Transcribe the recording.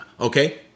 Okay